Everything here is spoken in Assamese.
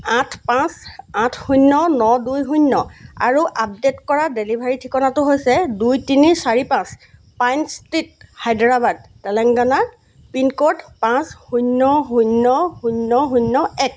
আঠ পাঁচ আঠ শূন্য ন দুই শূন্য আৰু আপডেট কৰা ডেলিভাৰী ঠিকনাটো হৈছে দুই তিনি চাৰি পাঁচ Pine Street Hyderabad Telangana pin code পাঁচ শূন্য শূন্য শূন্য শূন্য এক